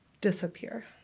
disappear